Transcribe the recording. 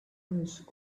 his